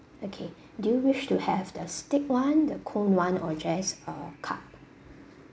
okay do you wish to have the stick [one] the cold [one] or just uh cup